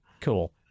Cool